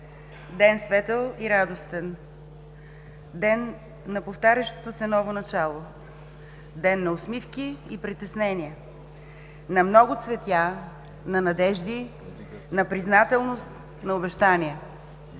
Ден светъл и радостен. Ден на повтарящото се ново начало. Ден на усмивки и притеснения, на много цветя, на надежди, на признателност, на обещания.